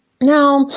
Now